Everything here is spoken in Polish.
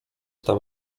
tam